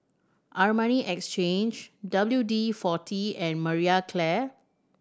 Armani Exchange W D Forty and Marie Claire